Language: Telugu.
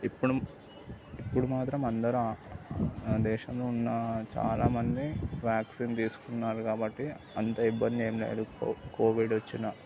ఇప్పుడు ఇప్పుడు మాత్రం అందరం ఆ దేశంలో ఉన్న చాలామంది వ్యాక్సిన్ తీసుకున్నారు కాబట్టి అంత ఇబ్బంది ఎం లేదు కో కోవిడ్ వచ్చినా